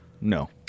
no